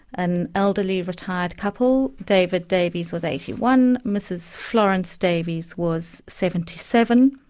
an elderly retired couple. david davies was eighty one, mrs florence davies was seventy seven,